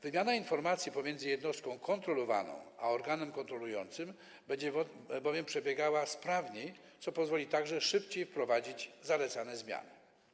Wymiana informacji pomiędzy jednostką kontrolowaną a organem kontrolującym będzie bowiem przebiegała sprawniej, co pozwoli także szybciej wprowadzić zalecane zmiany.